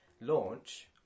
launch